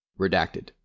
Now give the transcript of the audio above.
Redacted